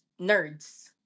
Nerds